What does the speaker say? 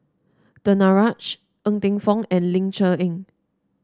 Danaraj Ng Teng Fong and Ling Cher Eng